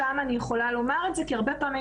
שם אני יכולה לומר את זה כי הרבה פעמים